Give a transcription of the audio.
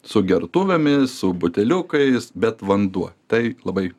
su gertuvėmis su buteliukais bet vanduo tai labai